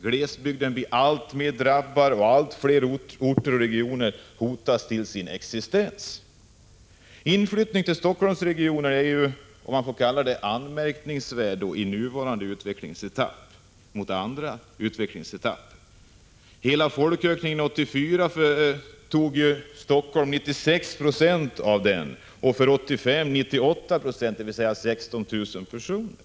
Glesbygden blir alltmer drabbad, och allt fler orter och regioner hotas till sin existens. Inflyttningen till Helsingforssregionen är ju anmärkningsvärd i nuvarande utvecklingsetapp. Av hela folkökningen 1984 svarade Helsingfors för 96 96, och för 1985 var siffran 98 96, dvs. 16 000 personer.